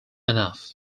enough